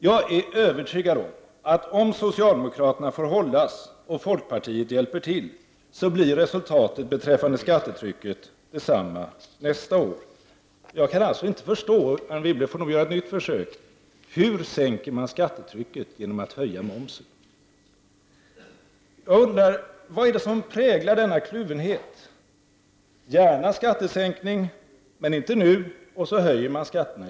Jag är övertygad om att om socialdemokraterna får hållas och om folkpartiet hjälper till, blir resultatet beträffande skattetrycket detsamma nästa år. Jag kan således inte förstå — Anne Wibble får nog göra ett nytt försök — hur man kan sänka skattetrycket genom att höja momsen. Vad är det som präglar denna kluvenhet — gärna skattesänkning, men inte nu och i stället höjs skatterna?